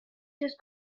just